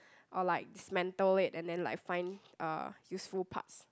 or like dismantle it and then like find uh useful parts